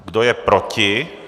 Kdo je proti?